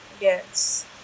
yes